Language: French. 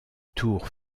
tour